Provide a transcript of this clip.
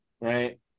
right